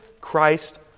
Christ